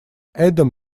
adam